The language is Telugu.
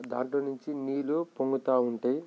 దాంట్లో నుంచి నీరు పొంగుతా ఉంటాయి